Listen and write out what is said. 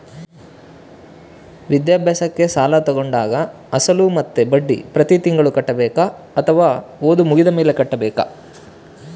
ವಿದ್ಯಾಭ್ಯಾಸಕ್ಕೆ ಸಾಲ ತೋಗೊಂಡಾಗ ಅಸಲು ಮತ್ತೆ ಬಡ್ಡಿ ಪ್ರತಿ ತಿಂಗಳು ಕಟ್ಟಬೇಕಾ ಅಥವಾ ಓದು ಮುಗಿದ ಮೇಲೆ ಕಟ್ಟಬೇಕಾ?